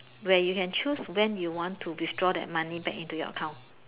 where you can choose when you want to withdraw that money back into your account